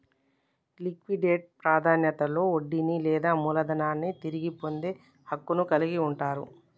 liquidate ప్రాధాన్యతలో వడ్డీని లేదా మూలధనాన్ని తిరిగి పొందే హక్కును కలిగి ఉంటరు